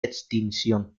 extinción